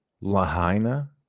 Lahaina